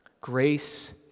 Grace